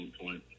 point